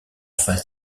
face